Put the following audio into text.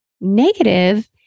negative